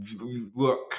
look